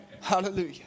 Hallelujah